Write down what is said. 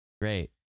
great